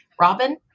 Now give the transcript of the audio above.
Robin